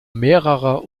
mehrerer